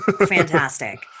fantastic